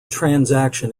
transaction